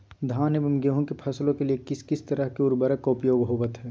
धान एवं गेहूं के फसलों के लिए किस किस तरह के उर्वरक का उपयोग होवत है?